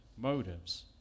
motives